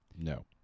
No